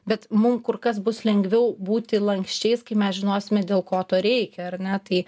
bet mum kur kas bus lengviau būti lanksčiais kai mes žinosime dėl ko to reikia ar ne tai